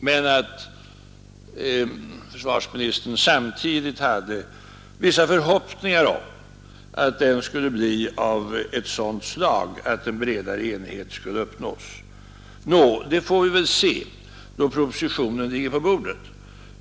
Men försvarsministern hade samtidigt vissa förhoppningar om att den skulle bli av sådant slag att en bredare enighet skulle uppnås. Nå, det får vi väl se då propositionen ligger på bordet.